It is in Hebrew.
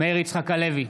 מאיר יצחק הלוי,